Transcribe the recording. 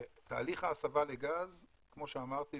מבחינתכם